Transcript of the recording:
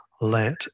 let